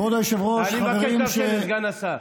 אני מבקש לאפשר לסגן השר.